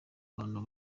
bantu